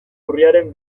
urriaren